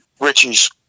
Richie's